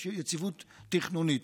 יציבות תכנונית.